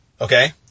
okay